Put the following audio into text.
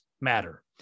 matter